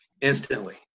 instantly